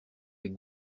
les